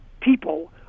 people